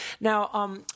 Now